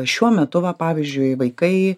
šiuo metu va pavyzdžiui vaikai